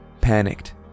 panicked